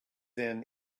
then